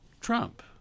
Trump